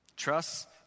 Trust